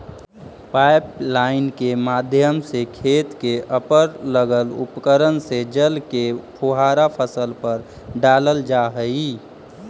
pipeline के माध्यम से खेत के उपर लगल उपकरण से जल के फुहारा फसल पर डालल जा हइ